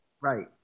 Right